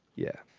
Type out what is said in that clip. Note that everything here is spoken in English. yeah,